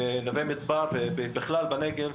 בנוה מדבר ובכלל בנגב,